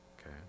okay